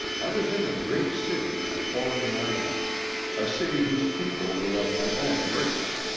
i was in a great city in a foreign land a city whose people were of my own race,